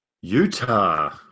Utah